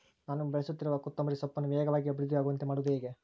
ನಾನು ಬೆಳೆಸುತ್ತಿರುವ ಕೊತ್ತಂಬರಿ ಸೊಪ್ಪನ್ನು ವೇಗವಾಗಿ ಅಭಿವೃದ್ಧಿ ಆಗುವಂತೆ ಮಾಡುವುದು ಹೇಗೆ?